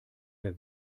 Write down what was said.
der